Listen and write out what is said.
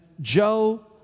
Joe